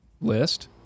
list